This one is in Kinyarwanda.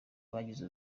bagize